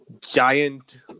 giant